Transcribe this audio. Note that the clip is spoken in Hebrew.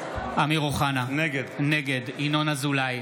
אמיר אוחנה, נגד ינון אזולאי,